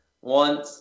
One